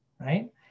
Right